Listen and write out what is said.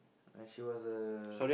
she was a